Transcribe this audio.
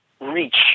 reach